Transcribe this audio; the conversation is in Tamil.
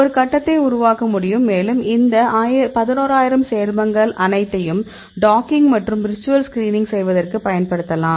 ஒரு கட்டத்தை உருவாக்க முடியும் மேலும் இந்த 11000 சேர்மங்கள் அனைத்தையும் டாக்கிங் மற்றும் விர்ச்சுவல் ஸ்கிரீனிங் செய்வதற்கும் பயன்படுத்தலாம்